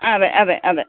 അതെ അതെ അതെ